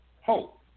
hope